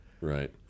Right